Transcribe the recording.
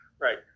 right